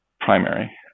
primary